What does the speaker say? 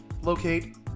locate